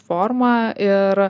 formą ir